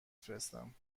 فرستم